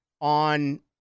On